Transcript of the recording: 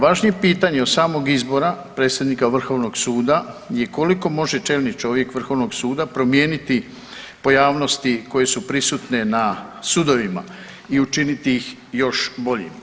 Važnije pitanje od samog izbora predsjednika Vrhovnog suda je koliko može čelni čovjek Vrhovnog suda promijeniti pojavnosti koje su prisutne na sudovima i učiniti ih još boljim.